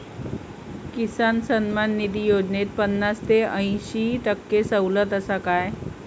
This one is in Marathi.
किसान सन्मान निधी योजनेत पन्नास ते अंयशी टक्के सवलत आसा काय?